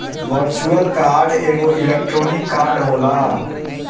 virtual card एगो electronic card होला